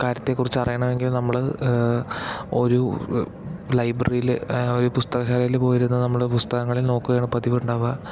കാര്യത്തെക്കുറിച്ചറിയണമെങ്കിൽ നമ്മള് ഒരു ലൈബ്രറിയില് ആ ഒരു പുസ്തകശാലയില് പോയിരുന്ന് നമ്മള് പുസ്തകങ്ങളിൽ നോക്കുകയാണ് പതിവുണ്ടാവുക